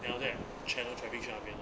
then after that channel traffic 去那边 lor